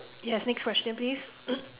yes next question please